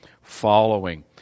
following